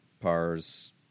pars